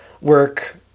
work